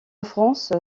france